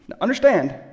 understand